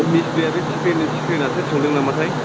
दिसफ्लेया बे सिक्रिन सिक्रिनासो थांदों नामाथाय